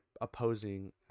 opposing